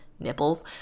nipples